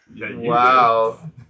Wow